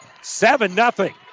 Seven-nothing